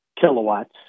kilowatts